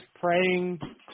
praying